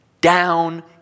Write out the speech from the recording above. down